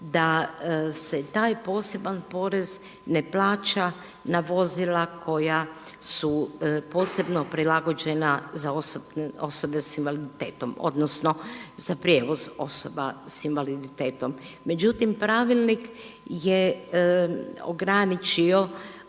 da se taj poseban porez ne plaća na vozila koja su posebno prilagođena za osobe s invaliditetom odnosno za prijevoz osoba s invaliditetom. Međutim, pravilnik je ograničio,